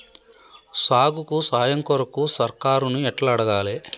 సాగుకు సాయం కొరకు సర్కారుని ఎట్ల అడగాలే?